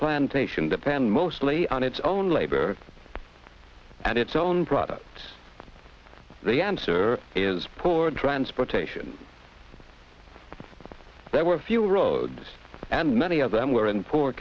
plantation depend mostly on its own labor and its own products the answer is poor transportation there were few roads and many of them were in poor